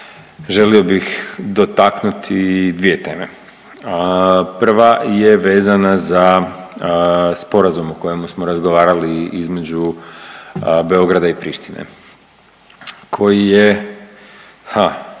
želio bih dotaknuti dvije teme. Prva je vezana za sporazum o kojemu smo razgovarali između Beograda i Prištine koji je